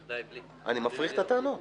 אני מפריך את הטענות.